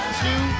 two